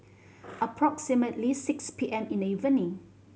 approximately six P M in the evening